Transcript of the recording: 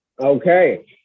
Okay